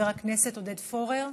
חבר הכנסת עודד פורר.